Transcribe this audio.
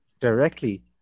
directly